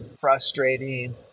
frustrating